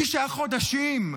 תשעה חודשים,